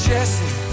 Jesse